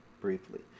briefly